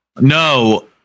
No